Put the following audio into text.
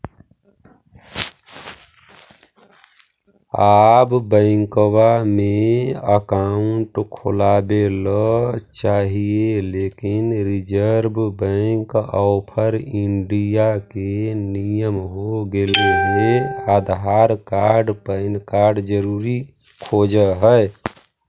आब बैंकवा मे अकाउंट खोलावे ल चाहिए लेकिन रिजर्व बैंक ऑफ़र इंडिया के नियम हो गेले हे आधार कार्ड पैन कार्ड जरूरी खोज है?